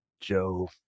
Joe